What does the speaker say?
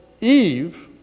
Eve